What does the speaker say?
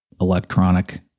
electronic